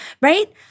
right